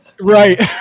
Right